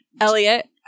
Elliot